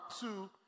two